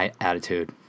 attitude